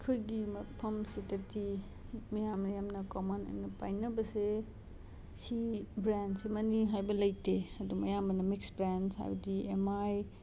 ꯑꯩꯈꯣꯏꯒꯤ ꯃꯐꯝꯁꯤꯗꯗꯤ ꯃꯌꯥꯝꯅ ꯌꯥꯝꯅ ꯀꯣꯃꯟ ꯑꯣꯏꯅ ꯄꯥꯏꯅꯕꯁꯦ ꯁꯤ ꯕ꯭ꯔꯦꯟꯁꯤꯃꯅꯤ ꯍꯥꯏꯕ ꯂꯩꯇꯦ ꯑꯗꯨꯝ ꯑꯌꯥꯝꯕꯅ ꯃꯤꯛꯁ ꯕ꯭ꯔꯦꯟꯁ ꯍꯥꯏꯕꯗꯤ ꯑꯦꯝ ꯑꯥꯏ